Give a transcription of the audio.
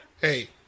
Hey